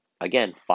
again